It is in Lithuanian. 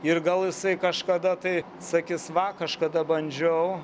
ir gal jisai kažkada tai sakys va kažkada bandžiau